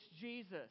Jesus